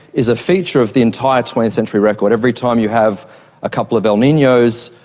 is a feature of the entire twentieth century record. every time you have a couple of el ninos,